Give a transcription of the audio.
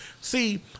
See